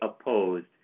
opposed